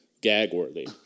gag-worthy